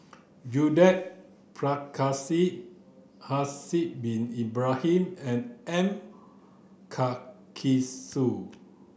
Judith Prakash Haslir Bin Ibrahim and M Karthigesu